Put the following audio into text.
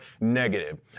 negative